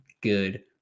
good